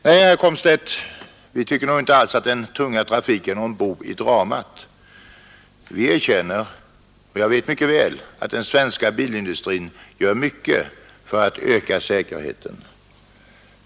Herr talman! Nej, herr Komstedt, vi tycker inte att den tunga trafiken är någon bov i dramat. Vi erkänner, och jag vet det mycket väl, att den svenska bilindustrin gör mycket för att öka säkerheten.